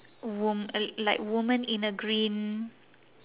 wom~ uh like woman in a green